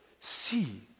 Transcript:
see